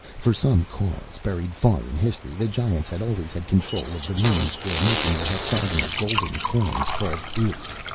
for some cause buried far in history, the giants had always had control of the means for making the hexagonal golden coins called oeufs.